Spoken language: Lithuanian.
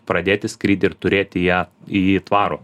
pradėti skrydį ir turėti ją į jį tvarų